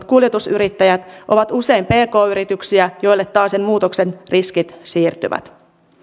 kuljetusyrittäjät ovat usein pk yrityksiä joille taasen muutoksen riskit siirtyvät